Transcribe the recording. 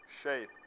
shape